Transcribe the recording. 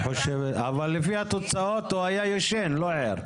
אבל לפי התוצאות הוא היה ישן, לא ער.